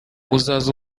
uzaze